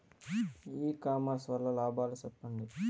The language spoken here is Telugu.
ఇ కామర్స్ వల్ల లాభాలు సెప్పండి?